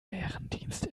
bärendienst